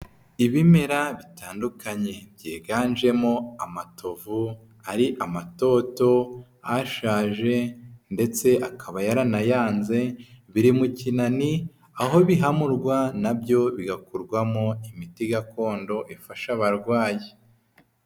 Ibimera bitandukanye byiganjemo amatovu, ari amatoto, ashaje ndetse akaba yaranayanze, biri mu kinani, aho bihamurwa na byo bigakorwamo imiti gakondo ifasha abarwayi.